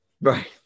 Right